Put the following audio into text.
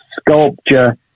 sculpture